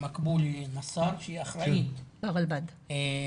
ממקבולה נסאר, שהיא אחראית במשרד.